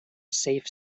safe